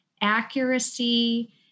accuracy